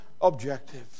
objective